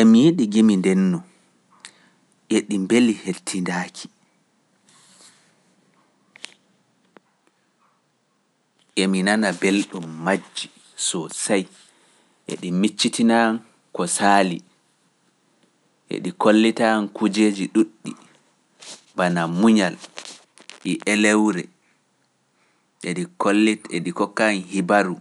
Emi yiɗi gimi ndenno, eɗi mbeli hettindaaki. Emi nana belɗum majji sosay, eɗi miccitinan ko saali, eɗi kollitan kujeeji ɗuɗɗi, bana muñal, e elewre, eɗi kollit, eɗi kokkan hibaru,